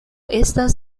estas